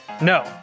No